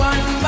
One